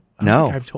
No